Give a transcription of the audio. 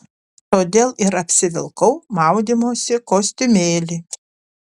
todėl ir apsivilkau maudymosi kostiumėlį